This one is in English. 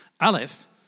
Aleph